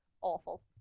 awful